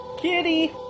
Kitty